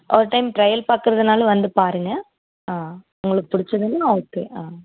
ஒரு time trial பார்க்குறதுனாலும் வந்து பாருங்க ஆ உங்களுக்கு பிடிச்சதுன்னா ஓகே ஆ